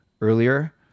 earlier